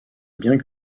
biens